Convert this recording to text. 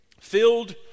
filled